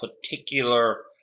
particular